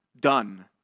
done